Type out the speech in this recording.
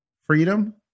freedom